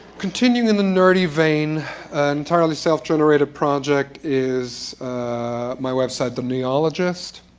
continuing in the nerdy vein, an entirely self-generated project is my website, the neologist.